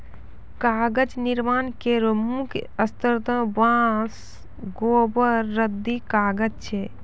कागज निर्माण केरो मुख्य स्रोत बांस, गोबर, रद्दी कागज छै